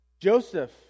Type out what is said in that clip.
Joseph